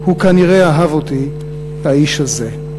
/ הוא כנראה אהב אותי, / האיש הזה".